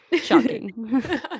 shocking